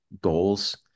goals